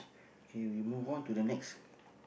okay we move on to the next